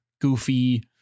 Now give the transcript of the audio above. goofy